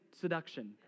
seduction